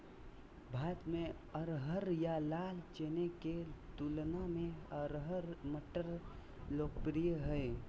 भारत में अरहर या लाल चने के तुलना में अरहर मटर लोकप्रिय हइ